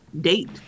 date